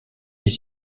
est